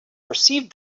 perceived